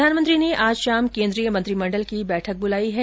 प्रधानमंत्री ने आज शाम केन्द्रीय मंत्रिमंडल की बैठक बुलाई है